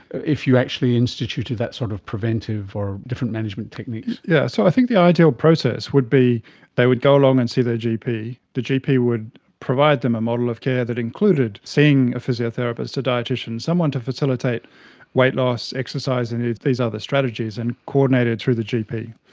if you actually instituted that sort of preventive or different management techniques? yes, so i think the ideal process would be they would go along and see their gp, the gp would provide them a model of care that included seeing a physiotherapist, a dietician, someone to facilitate weight loss, exercise, and these other strategies, and coordinate it through the gp.